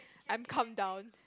I'm calmed down